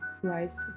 Christ